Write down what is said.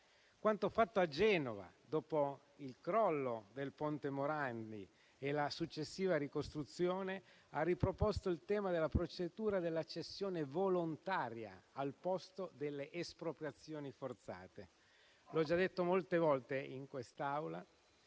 Quanto fatto a Genova, dopo il crollo del Ponte Morandi, con la successiva ricostruzione, ha riproposto il tema della procedura della cessione volontaria al posto delle espropriazioni forzate. Come ho già detto molte volte in quest'Aula,